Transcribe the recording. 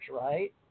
right